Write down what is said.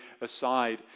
aside